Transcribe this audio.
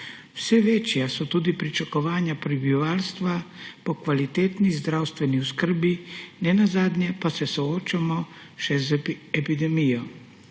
Vse večja so tudi pričakovanja prebivalstva po kvalitetni zdravstveni oskrbi, nenazadnje pa se soočamo še z epidemijo.